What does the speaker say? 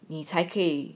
你才可以